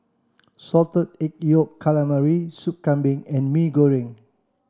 salted egg yolk calamari soup Kambing and Mee Goreng